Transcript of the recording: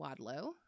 Wadlow